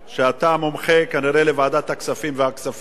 שאתה מומחה כנראה לוועדת הכספים ולכספים,